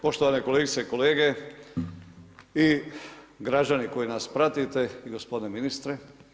Poštovane kolegice i kolege i građani koji nas pratite i gospodine ministre.